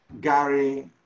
Gary